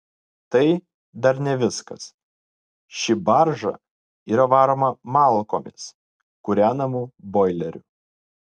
tai dar ne viskas ši barža yra varoma malkomis kūrenamu boileriu